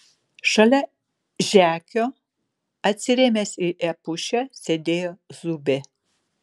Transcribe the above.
šalia žekio atsirėmęs į epušę sėdėjo zubė